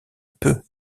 peu